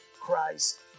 Christ